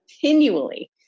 continually